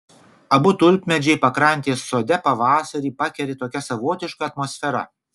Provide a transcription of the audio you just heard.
abu tulpmedžiai pakrantės sode pavasarį pakeri tokia savotiška atmosfera